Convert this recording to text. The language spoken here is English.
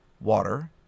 water